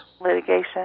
Litigation